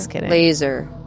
laser